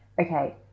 Okay